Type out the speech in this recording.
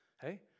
Hey